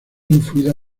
influida